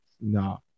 No